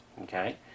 Okay